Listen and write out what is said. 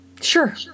Sure